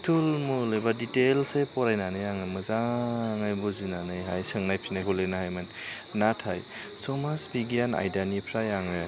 थुरुमुल एबा दिथेइलसयै फरायनानै आङो मोजाङै बुजिनानैहाय सोंनाय फिन्नायखौ लिरनो हायोमोन नाथाइ समाज बिगियान आयदानिफ्राय आङो